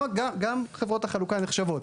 גם חברות החלוקה נחשבות.